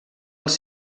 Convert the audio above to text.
els